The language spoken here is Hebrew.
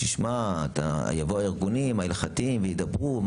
ואמרו לי שהארגונים ההלכתיים יבואו לדיון וידברו,